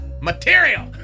material